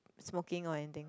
smoking or anything